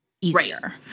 easier